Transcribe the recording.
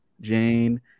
Jane